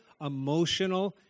emotional